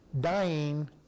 dying